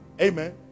Amen